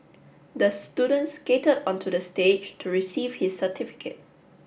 the student skated onto the stage to receive his certificate